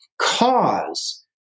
cause